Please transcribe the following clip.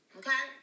okay